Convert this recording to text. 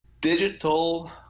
Digital